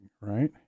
right